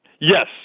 Yes